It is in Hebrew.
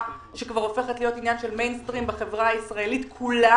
שכבר הופכת להיות עניין של מיינסטרים בחברה הישראלית כולה,